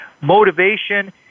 motivation